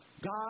God